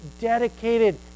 dedicated